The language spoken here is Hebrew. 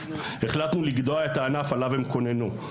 החלטנו לגדוע את הענף שעליו הם קוננו.